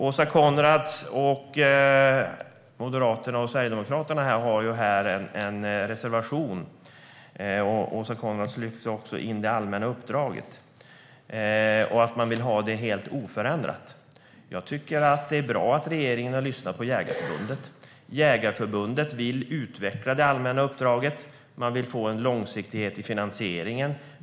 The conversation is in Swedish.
Åsa Coenraads och Moderaterna har en reservation tillsammans med Sverigedemokraterna om det allmänna uppdraget. Åsa Coenraads tog också upp det allmänna uppdraget och att man vill ha det helt oförändrat. Jag tycker för min del att det är bra att regeringen har lyssnat på Jägareförbundet. Jägareförbundet vill utveckla det allmänna uppdraget och få en långsiktighet i finansieringen.